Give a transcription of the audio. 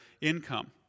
income